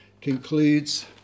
concludes